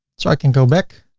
so i can go back,